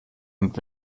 und